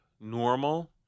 Normal